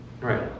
Right